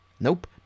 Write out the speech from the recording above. Nope